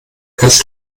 kannst